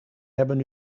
hebben